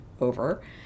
over